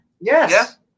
Yes